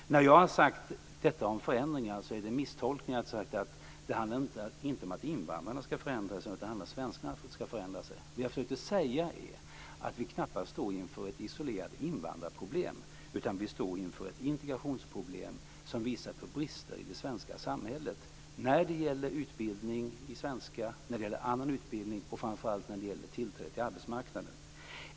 Det som jag har sagt om förändringar har misstolkats. Jag har inte sagt att det inte är invandrarna utan svenskarna som skall förändras. Det som jag försökt säga är att vi knappast står inför ett isolerat invandrarproblem utan inför ett integrationsproblem som visar på brister i det svenska samhället när det gäller utbildning i svenska, när det gäller annan utbildning och framför allt när det gäller tillträde till arbetsmarknaden.